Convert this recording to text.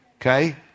okay